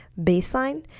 baseline